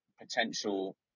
potential